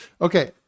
Okay